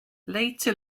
later